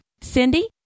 Cindy